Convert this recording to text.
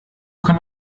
kann